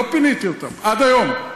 לא פיניתי אותם עד היום.